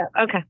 Okay